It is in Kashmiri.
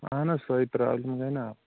اَہَن حظ سۄے پرٛابلِم گٔے نہ اَتھ